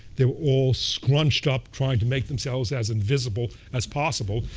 they were all scrunched up, trying to make themselves as invisible as possible,